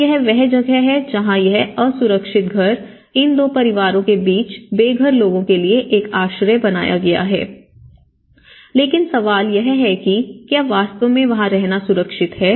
तो यह वह जगह है जहां यह असुरक्षित घर इन दो परिवारों के बीच बेघर लोगों के लिए एक आश्रय बन गया है लेकिन सवाल यह है कि क्या वास्तव में वहां रहना सुरक्षित है